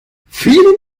vielen